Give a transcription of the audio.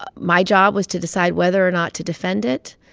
ah my job was to decide whether or not to defend it,